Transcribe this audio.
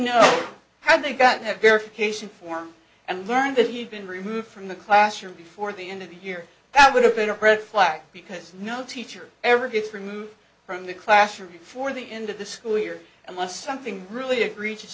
know how they got have verification form and learned that he'd been removed from the classroom before the end of the year that would have been a pretty flack because no teacher ever gets removed from the classroom before the end of the school year unless something really egre